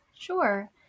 Sure